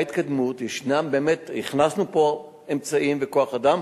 יש התקדמות, הכנסנו פה אמצעים וכוח-אדם,